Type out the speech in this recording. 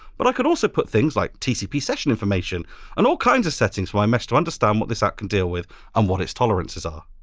but i could also put things like tcp session information and all kinds of settings for my mesh to understand what this app can deal with and um what its tolerances are.